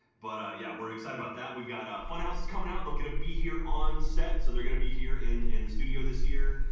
but yeah, we're excited about that. we've got fun. house is coming out they'll get a be here on set so they're gonna be here in in the studio this year